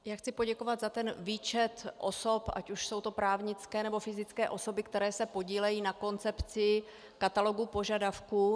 Já chci poděkovat za výčet osob, ať už jsou to právnické, nebo fyzické osoby, které se podílejí na koncepci katalogu požadavků.